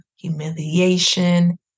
humiliation